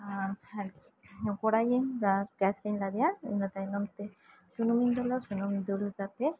ᱠᱚᱬᱟᱭᱤᱧ ᱜᱮᱥᱨᱮᱧ ᱞᱟᱫᱤᱭᱟ ᱚᱱᱟ ᱛᱟᱭᱱᱚᱢ ᱛᱮ ᱥᱩᱱᱩᱢᱤᱧ ᱫᱩᱞᱟ ᱥᱩᱱᱩᱢ ᱫᱩᱞ ᱠᱟᱛᱮᱫ